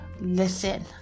Listen